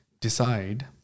decide